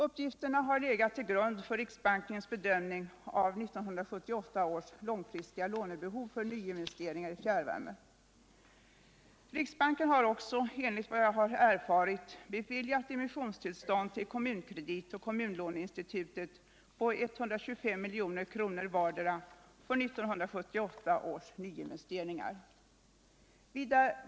Uppgifterna har legat till grund för riksbankens bedömning av 1978 års långfristiga lånebehov för nyinvesteringar i fjärrvärme. Riksbanken har också enligt vad jag har erfarit beviljat emissionstillstånd för Kommunkredit och Kommunlåneinstitutet på 125 milj.kr. vardera för 1978 års nyinvesteringar.